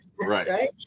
right